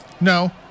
No